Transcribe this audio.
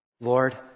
Lord